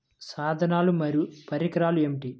సాధనాలు మరియు పరికరాలు ఏమిటీ?